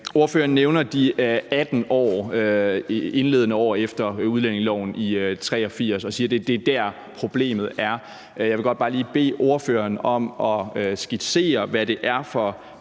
Ordføreren nævner de 18 indledende år efter udlændingeloven i 1983 og siger, at det er dér, problemet er. Jeg vil godt bare lige bede ordføreren om at skitsere, hvad det er for